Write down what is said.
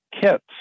kits